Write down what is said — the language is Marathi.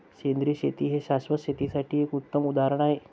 सेंद्रिय शेती हे शाश्वत शेतीसाठी एक उत्तम उदाहरण आहे